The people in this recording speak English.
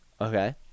okay